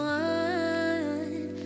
one